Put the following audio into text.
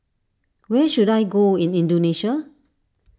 where should I go in Indonesia